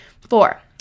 four